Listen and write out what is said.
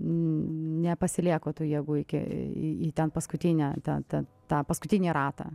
nepasilieku tų jėgų iki į ten paskutinę tą tą tą paskutinį ratą